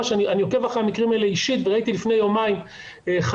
אני עוקב אחרי המקרים האלה אישית וראיתי לפני יומיים חייב